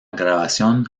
grabación